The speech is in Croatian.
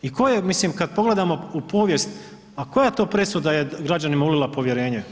I koje je, mislim kada pogledamo u povijest, a koja to presuda je građanima ulila povjerenje?